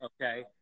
okay